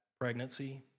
pregnancy